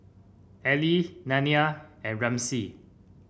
Allie Nelia and Ramsey